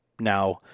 Now